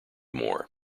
more